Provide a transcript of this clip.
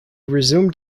resumed